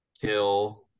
kill